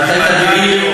אתה היית בעיר,